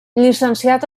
llicenciat